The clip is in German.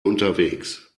unterwegs